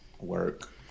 Work